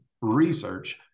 research